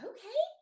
Okay